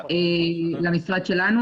למשרד שלנו,